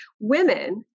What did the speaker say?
Women